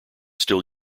still